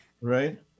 Right